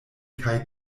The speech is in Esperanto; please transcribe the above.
kaj